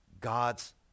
God's